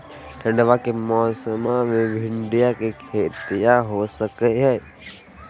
ठंडबा के मौसमा मे भिंडया के खेतीया हो सकये है?